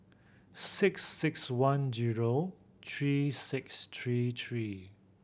six six one zero three six three three